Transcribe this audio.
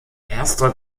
erster